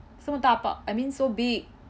so dabao I mean so big